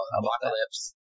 apocalypse